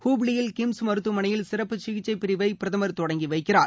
ஹூப்ளியில் கிம்ஸ் மருத்துவமனையில் சிறப்பு சிகிச்சை பிரிவை பிரதமர் தொடங்கி வைக்கிறார்